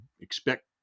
expect